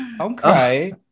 okay